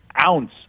ounce